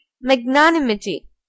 magnanimity